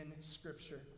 Scripture